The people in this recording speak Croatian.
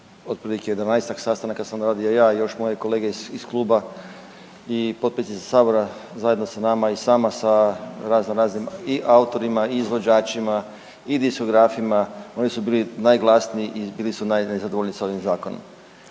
otprilike 11-ak sastanaka sam odradio ja i još moje kolege iz kluba i potpredsjednici sabora zajedno sa nama i sama sa razno raznim i autorima i izvođačima i diskografima, oni su bili najglasniji i bili su najnezadovoljniji s ovim zakonom.